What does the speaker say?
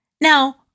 Now